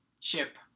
Chip